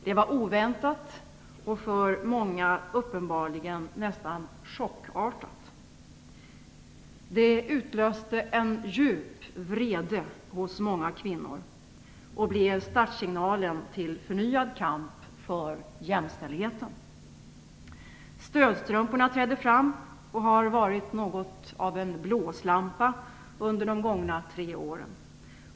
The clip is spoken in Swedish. Det var oväntat och för många uppenbarligen nästan chockartat. Det utlöste en djup vrede hos många kvinnor och blev startsignalen till förnyad kamp för jämställdheten. Stödstrumporna trädde fram och har varit något av en blåslampa under de gångna tre åren.